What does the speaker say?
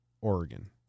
oregon